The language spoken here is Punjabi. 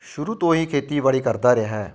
ਸ਼ੁਰੂ ਤੋਂ ਹੀ ਖੇਤੀਬਾੜੀ ਕਰਦਾ ਰਿਹਾ ਹੈ